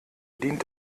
dient